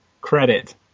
credit